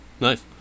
Nice